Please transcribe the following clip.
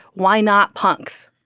why not punks?